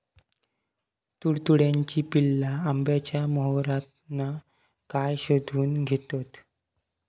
तुडतुड्याची पिल्ला आंब्याच्या मोहरातना काय शोशून घेतत?